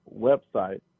website